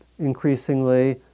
Increasingly